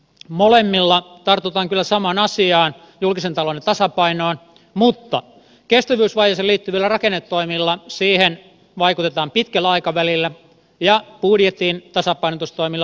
molemmilla tartutaan kyllä samaan asiaan julkisen talouden tasapainoon mutta kestävyysvajeeseen liittyvillä rakennetoimilla siihen vaikutetaan pitkällä aikavälillä ja budjetin tasapainotustoimilla lyhyellä aikavälillä